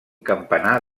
campanar